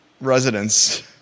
Residents